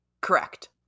Correct